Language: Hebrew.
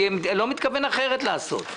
אני לא מתכוון אחרת לעשות.